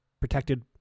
protected